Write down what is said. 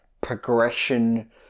progression